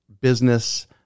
business